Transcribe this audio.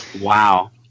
Wow